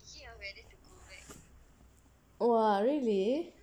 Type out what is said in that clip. !wah! really